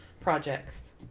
projects